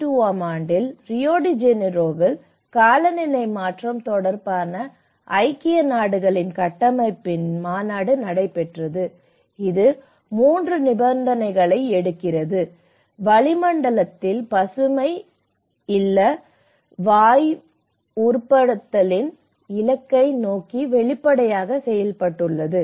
1992 ஆம் ஆண்டில் ரியோ டி ஜெனிரோவில் காலநிலை மாற்றம் தொடர்பான ஐக்கிய நாடுகளின் கட்டமைப்பின் மாநாடு நடைபெற்றது இது 3 நிபந்தனைகளை எடுக்கிறது இது வளிமண்டலத்தில் பசுமை இல்ல வாயு உறுதிப்படுத்தலின் இலக்கை நோக்கி வெளிப்படையாக செய்யப்பட்டுள்ளது